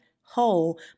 whole